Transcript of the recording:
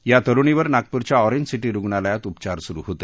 या तरुणीवर नागपूरच्या ऑरेंज सीटी रुग्णालयात उपचार स्रु होते